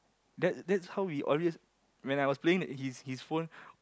that that's how we always when I was playing his his phone